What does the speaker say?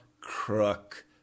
Crook